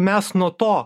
mes nuo to